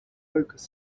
focus